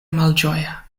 malĝoja